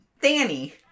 Danny